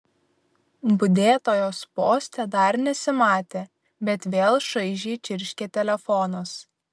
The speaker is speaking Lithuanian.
budėtojos poste dar nesimatė bet vėl šaižiai čirškė telefonas